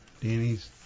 Danny's